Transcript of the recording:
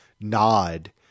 nod